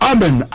Amen